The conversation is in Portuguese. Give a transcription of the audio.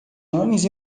homens